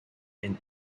and